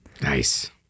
Nice